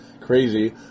crazy